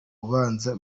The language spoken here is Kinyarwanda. ubanza